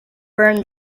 burned